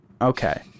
Okay